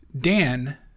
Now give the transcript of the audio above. Dan